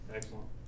Excellent